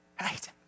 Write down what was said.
Right